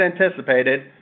anticipated